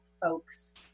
folks